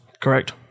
correct